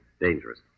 Dangerous